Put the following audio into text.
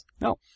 No